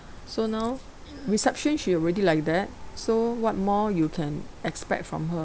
so now reception she already like that so what more you can expect from her